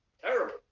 terrible